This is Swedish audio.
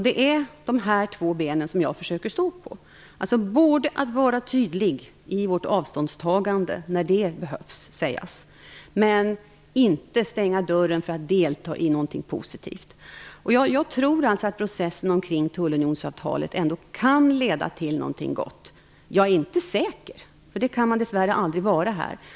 Det är dessa två ben som jag försöker stå på, alltså både att vara tydlig i vårt avståndstagande när det behövs och att inte stänga dörren för att delta i någonting positivt. Jag tror att processen kring tullunionsavtalet kan leda till någonting gott. Jag är inte säker, för det kan man dess värre aldrig vara.